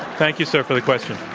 thank you, sir, for the question.